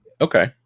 okay